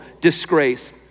disgrace